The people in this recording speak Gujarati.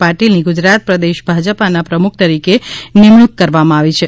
પાટીલની ગુજરાત પ્રદેશ ભાજપના પ્રમુખ તરીકે નિમણુંક કરવામાં આવી છે